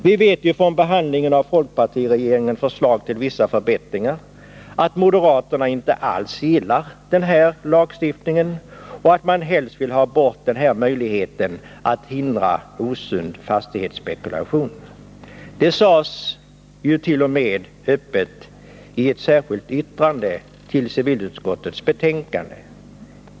Vi vet ju från behandlingen av folkpartiregeringens förslag till vissa förbättringar att moderaterna inte alls gillar den härlagstiftningen och att man helst vill ha bort den här möjligheten att hindra osund fastighetsspekulation. Det sades t.o.m. öppet i ett särskilt yttrande till civilutskottets betänkande.